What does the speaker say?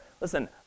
Listen